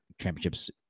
championships